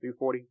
340